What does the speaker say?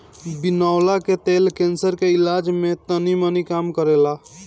बिनौला के तेल कैंसर के इलाज करे में तनीमनी काम करेला